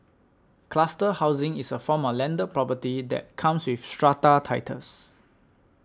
cluster housing is a form of landed property that comes with strata titles